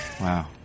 Wow